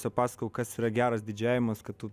čia pasakojau kas yra geras didžejavimas kad tu